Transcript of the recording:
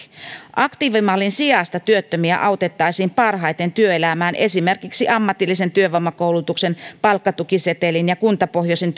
aktiivimallin sijasta työttömiä autettaisiin parhaiten työelämään esimerkiksi ammatillisen työvoimakoulutuksen palkkatukisetelin ja kuntapohjaisen